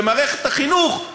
במערכת החינוך,